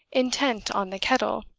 intent on the kettle,